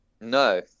No